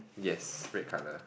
yes red colour